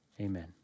amen